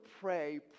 pray